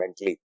mentally